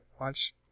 watch